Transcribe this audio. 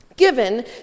given